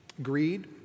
Greed